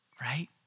Right